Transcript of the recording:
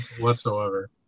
whatsoever